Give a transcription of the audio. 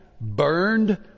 burned